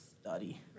study